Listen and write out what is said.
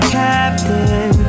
captain